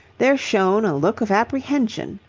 there shone a look of apprehension.